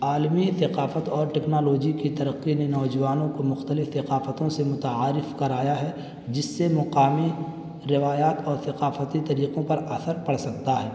عالمی ثقافت اور ٹیکنالوجی کی ترقی نے نوجوانوں کو مختلف ثقافتوں سے متعارف کرایا ہے جس سے مقامی روایات اور ثقافتی طریقوں پر اثر پڑ سکتا ہے